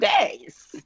days